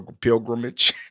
pilgrimage